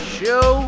show